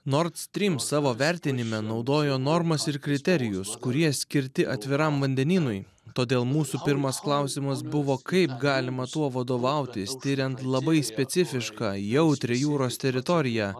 nors trims savo vertinime naudojo normas ir kriterijus kurie skirti atviram vandenynui todėl mūsų pirmas klausimas buvo kaip galima tuo vadovautis tiriant labai specifišką jautrią jūros teritoriją